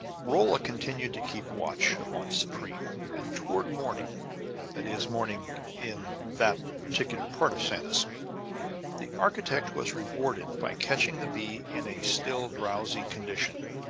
rolla continued to keep watch upon supreme and toward morning that is, morning in that particular part of sanus the architect was rewarded by catching the bee in a still drowsy condition.